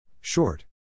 Short